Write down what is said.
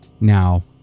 now